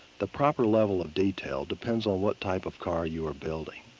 the proper level of detail depends on what type of car you are building.